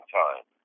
time